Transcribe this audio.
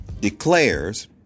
declares